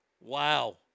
Wow